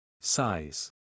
Size